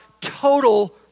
total